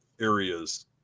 areas